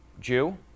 Jew